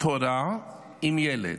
תורה עם ילד.